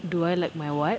do I like my what